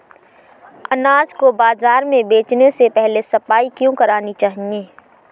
अनाज को बाजार में बेचने से पहले सफाई क्यो करानी चाहिए?